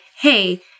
hey